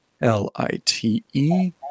L-I-T-E